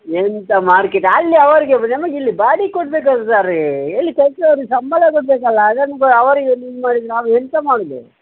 ಎಂತ ಮಾರ್ಕೆಟ್ ಅಲ್ಲಿ ಅವ್ರಿಗೆ ನಮಗಿಲ್ಲಿ ಬಾಡಿಗೆ ಕೊಡ್ಬೇಕು ಅಲ್ಲ ಸರ್ ಇಲ್ಲಿ ಕೆಲಸ್ದೋರಿಗೆ ಸಂಬಳ ಕೊಡಬೇಕಲ್ಲ ಅದನ್ನ ಅವ್ರಿಗೆ ನಿಮ್ಮ ನಾವು ಎಂತ ಮಾಡೋದು